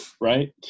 right